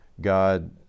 God